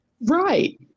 Right